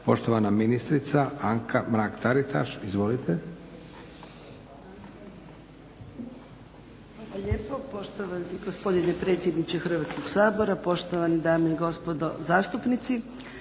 **Mrak-Taritaš, Anka (HNS)** Hvala lijepo poštovani gospodine predsjedniče Hrvatskog sabora, poštovane dame i gospodo zastupnici.